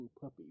Puppy